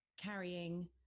carrying